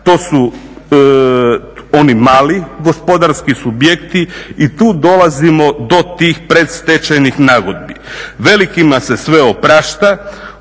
to su oni mali gospodarski subjekti i tu dolazimo do tih predstečajnih nagodbi. Velikima se sve oprašta,